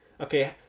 Okay